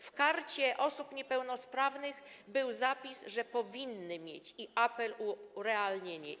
W Karcie Praw Osób Niepełnosprawnych był zapis, że powinny mieć, i był apel o urealnienie.